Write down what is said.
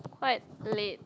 quite late